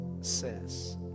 says